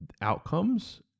outcomes